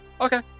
Okay